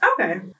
okay